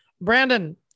Brandon